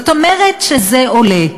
זאת אומרת שזה עולה.